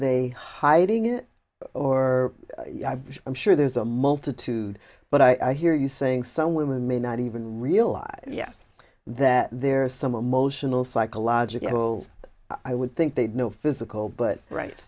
they hiding it or i'm sure there's a multitude but i hear you saying some women may not even realize yes that there's some emotional psychological i would think they know physical but right